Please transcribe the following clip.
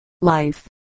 Life